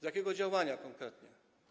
Z jakiego działania konkretnie?